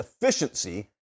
efficiency